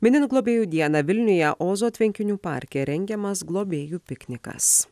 minint globėjų dieną vilniuje ozo tvenkinių parke rengiamas globėjų piknikas